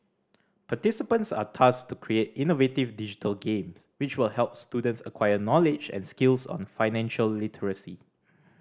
participants are tasked to create innovative digital games which will help students acquire knowledge and skills on financial literacy